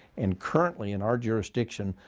and currently, in our jurisdiction,